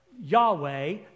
yahweh